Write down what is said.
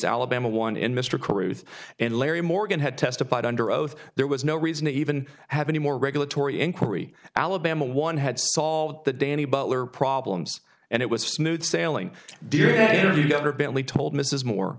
alabama one in mr cruise and larry morgan had testified under oath there was no reason to even have any more regulatory inquiry alabama one had saw that danny butler problems and it was smooth sailing did you go over bentley told mrs more